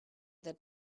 that